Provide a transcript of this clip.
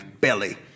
belly